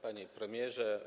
Panie Premierze!